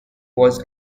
was